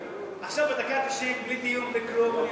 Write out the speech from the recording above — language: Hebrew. עכשיו, בדקה התשעים, בלי דיון, בלי כלום.